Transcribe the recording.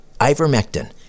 Ivermectin